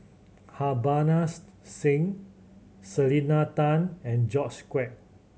Singh Selena Tan and George Quek